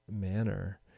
manner